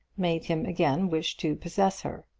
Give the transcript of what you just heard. made him again wish to possess her.